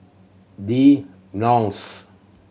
The Knolls